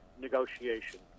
negotiation